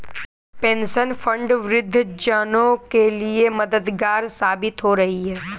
pension fund वृद्ध जनों के लिए मददगार साबित हो रही है